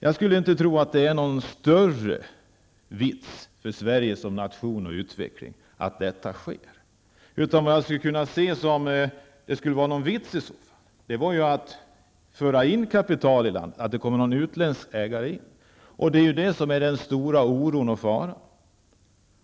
Jag skulle inte tro att det är någon större vits för Sverige som nation, för Sveriges utveckling, att detta sker. Det som skulle kunna vara någon vits är ju att det förs in kapital i landet, att det kommer en utländsk ägare. Det är ju det som är den stora faran.